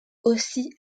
aussi